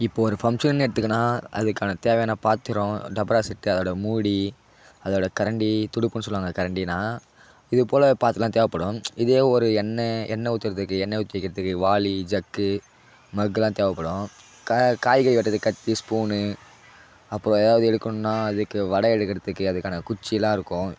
இப்போது ஒரு ஃபங்க்ஷன்னு எடுத்துக்குனா அதுக்கான தேவையான பாத்திரம் டபரா செட்டு அதோடய மூடி அதோடய கரண்டி துடுப்புனு சொல்லுவாங்க அது கரண்டினா இது போல் பாத்துரலாம் தேவைப்படும் இதே ஒரு எண்ணெய் எண்ணெய் ஊத்துறதுக்கு எண்ணெய் ஊற்றி வைக்கிறத்துக்கு வாளி ஜக்கு மக்கெலாம் தேவைப்படும் கா காய்கறி வெட்டுறதுக்கு கத்தி ஸ்பூனு அப்புறம் ஏதாவது எடுக்கணுனா அதுக்கு வட எடுக்கிறதுக்கு அதுக்கான குச்சிலாம் இருக்கும்